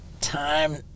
time